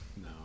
no